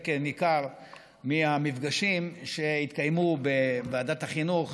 ניכר מהמפגשים שהתקיימו בוועדת החינוך